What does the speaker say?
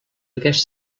aquest